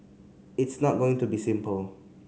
it's not going to be simple